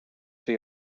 for